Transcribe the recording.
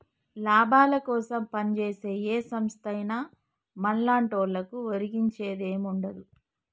లాభాలకోసం పంజేసే ఏ సంస్థైనా మన్లాంటోళ్లకు ఒరిగించేదేముండదు